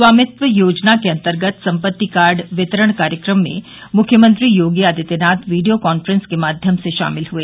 स्वामित्व योजना के अन्तर्गत संपत्ति कार्ड वितरण कार्यक्रम में मुख्यमंत्री योगी आदित्यनाथ वीडियो कांफ्रेंस के माध्यम से शामिल हए